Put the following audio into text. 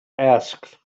asked